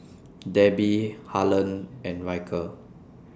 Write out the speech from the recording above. Debbie Harlen and Ryker